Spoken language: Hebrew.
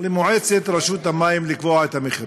למועצת רשות המים לקבוע את המחירים,